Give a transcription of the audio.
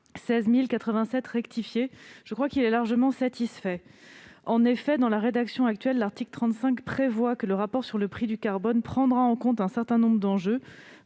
1687 rectifié, il est largement satisfait. En effet, dans la rédaction actuelle, l'article 35 prévoit que le rapport sur le prix du carbone prendra en compte un certain nombre d'enjeux,